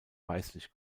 weißlich